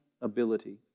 ability